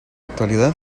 actualidad